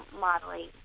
modeling